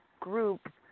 group